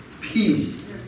peace